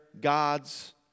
gods